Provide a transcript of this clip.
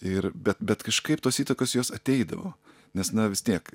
ir bet bet kažkaip tos įtakos jos ateidavo nes na vis tiek